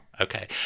Okay